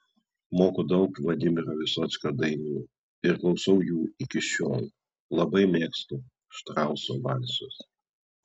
moku daug vladimiro vysockio dainų ir klausau jų iki šiol labai mėgstu štrauso valsus